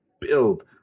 build